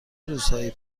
روزهایی